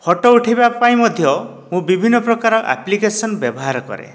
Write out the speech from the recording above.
photo ଉଠାଇବା ପାଇଁ ମଧ୍ୟ ମୁଁ ବିଭିନ୍ନ ପ୍ରକାର ଆପ୍ଲିକେସନ୍ ବ୍ୟବହାର କରେ